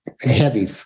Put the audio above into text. heavy